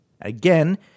Again